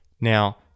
Now